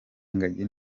ingagi